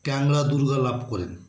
ক্যাংলা দুর্গ লাভ করেন